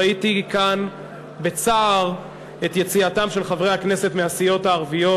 ראיתי כאן בצער את יציאתם של חברי הכנסת מהסיעות החרדיות.